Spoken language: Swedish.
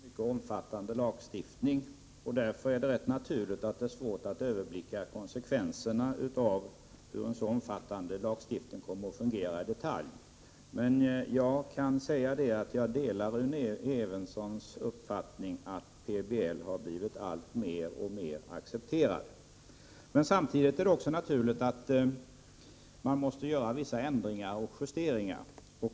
Herr talman! Planoch bygglagen är en mycket omfattande lag. Det är därför naturligt att det är svårt att överblicka konsekvenserna av hur en så omfattande lag kommer att fungera i detalj. Jag delar Rune Evenssons uppfattning att PBL har blivit alltmer accepterad. Samtidigt är det dock naturligt att man måste göra vissa ändringar och justeringar.